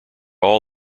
all